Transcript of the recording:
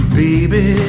baby